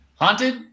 Haunted